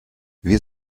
wir